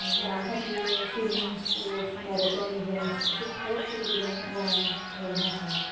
हेरां खातीर swimming sports marathon events अशे खूब कितें कितें गोंयांत घडोवन हाडटात